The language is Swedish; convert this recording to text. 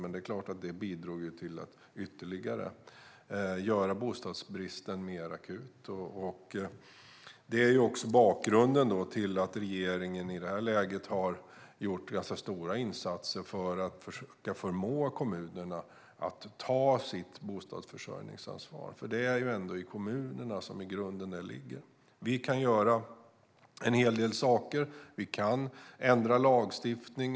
Men det är klart att det bidrog till att göra bostadsbristen ytterligare mer akut. Det är också bakgrunden till att regeringen i detta läge har gjort ganska stora insatser för att försöka förmå kommunerna att ta sitt bostadsförsörjningsansvar. Det är ändå i kommunerna som det i grunden ligger. Vi kan göra en hel del saker. Vi kan ändra lagstiftning.